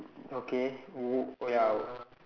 okay hmm oh ya